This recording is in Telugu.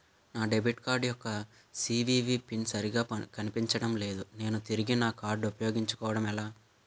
నా డెబిట్ కార్డ్ యెక్క సీ.వి.వి పిన్ సరిగా కనిపించడం లేదు నేను తిరిగి నా కార్డ్ఉ పయోగించుకోవడం ఎలా?